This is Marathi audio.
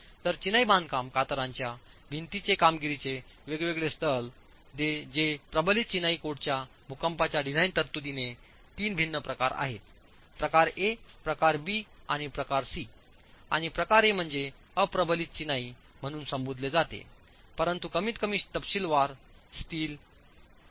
तर चिनाई बांधकाम कातरांच्या भिंतींचे कामगिरीचे वेगवेगळे स्तर जे प्रबलित चिनाई कोडच्या भूकंपाच्या डिझाइन तरतुदी चे 3 भिन्न प्रकार आहेत प्रकार ए प्रकार बी आणि प्रकार सी आणि प्रकार ए म्हणजे अप्रबलित चिनाई म्हणून संबोधिले जाते परंतु कमीतकमी तपशीलवार स्टील ठीक